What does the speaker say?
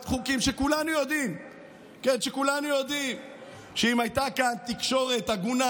חוקים שכולנו יודעים שאם הייתה כאן תקשורת הגונה,